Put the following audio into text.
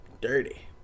Dirty